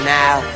now